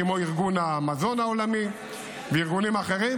כמו ארגון המזון העולמי וארגונים אחרים,